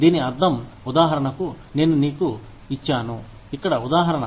దీని అర్థం ఉదాహరణకు నేను నీకు ఇచ్చాను ఇక్కడ ఉదాహరణ